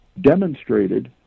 demonstrated